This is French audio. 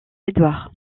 edward